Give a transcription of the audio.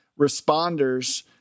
responders